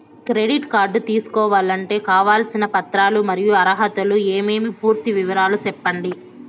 Credit card తీసుకోవాలంటే కావాల్సిన పత్రాలు మరియు అర్హతలు ఏమేమి పూర్తి వివరాలు సెప్పండి?